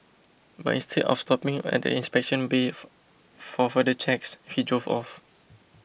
but instead of stopping at the inspection bay for further checks he drove off